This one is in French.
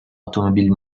automobiles